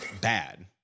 bad